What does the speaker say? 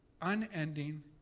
unending